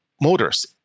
Motors